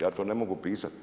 Ja to ne mogu opisati!